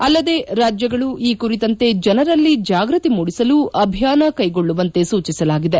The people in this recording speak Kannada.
ಅಲ್ಲದೆ ರಾಜ್ಯಗಳು ಈ ಕುರಿತಂತೆ ಜನರಲ್ಲಿ ಜಾಗೃತಿ ಮೂಡಿಸಲು ಅಭಿಯಾನ ಕೈಗೊಳ್ಳುವಂತೆ ಸೂಚಿಸಲಾಗಿದೆ